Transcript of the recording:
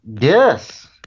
Yes